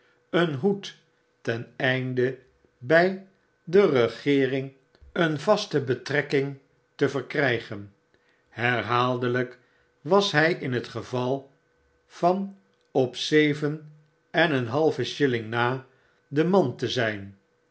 een hoed teneinde by de regeering een vaste betrekking te terkrygen herhaaldelyk was hij in hetgevalyan op zeven en een halve shilling na de man te zyn